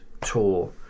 tour